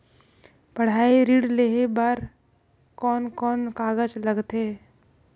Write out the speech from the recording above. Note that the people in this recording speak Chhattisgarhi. पढ़ाई ऋण लेहे बार कोन कोन कागज लगथे?